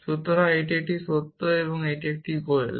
সুতরাং এটি একটি সত্য এটি একটি গোয়েল